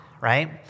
right